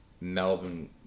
Melbourne